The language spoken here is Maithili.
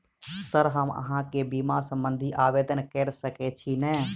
सर हम अहाँ केँ बीमा संबधी आवेदन कैर सकै छी नै?